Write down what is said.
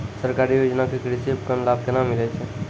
सरकारी योजना के कृषि उपकरण लाभ केना मिलै छै?